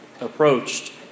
approached